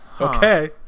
Okay